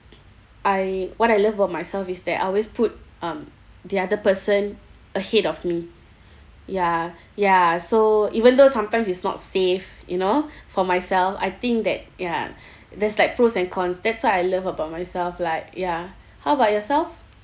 I what I love about myself is that I always put um the other person ahead of me ya ya so even though sometimes it's not safe you know for myself I think that ya there's like pros and cons that's what I love about myself like ya how about yourself